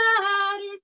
matters